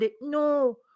No